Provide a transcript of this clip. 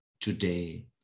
today